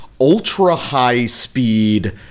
ultra-high-speed